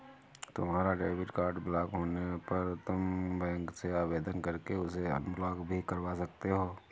तुम्हारा debit card block होने पर तुम बैंक से आवेदन करके उसे अनब्लॉक भी करवा सकते हो